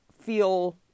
feel